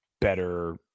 better